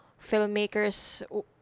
filmmakers